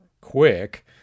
quick